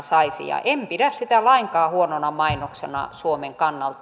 ja en pidä sitä lainkaan huonona mainoksena suomen kannalta